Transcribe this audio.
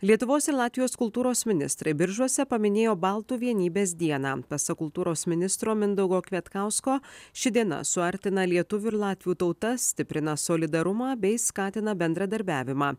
lietuvos ir latvijos kultūros ministrai biržuose paminėjo baltų vienybės dieną pasak kultūros ministro mindaugo kvietkausko ši diena suartina lietuvių ir latvių tautas stiprina solidarumą bei skatina bendradarbiavimą